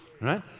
Right